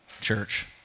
church